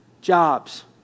jobs